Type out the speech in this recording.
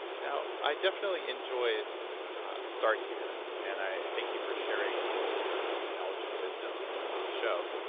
now, i definitely enjoyed start here and i thank you for sharing all of your knowledge and wisdom on the show.